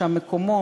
שם מקומו.